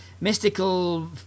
mystical